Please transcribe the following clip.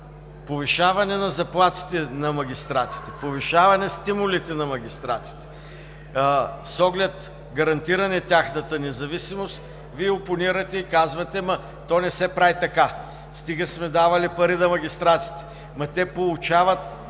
повишаване на заплатите на магистратите, повишаване стимулите на магистратите, с оглед гарантиране на тяхната независимост, Вие опонирате и казвате, че то не се прави така, стига сме давали пари на магистратите, те получават.